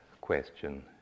question